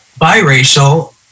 biracial